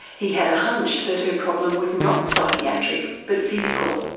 he had a hunch that her problem was not psychiatric but physical.